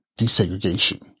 desegregation